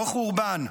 לא חורבן,